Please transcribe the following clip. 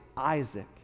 Isaac